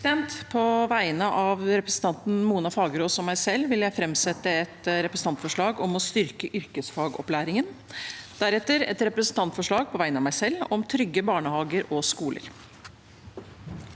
På vegne av represen- tanten Mona Fagerås og meg selv vil jeg framsette et representantforslag om å styrke yrkesfagopplæringen. Deretter vil jeg framsette et representantforslag på vegne av meg selv, om trygge barnehager og skoler.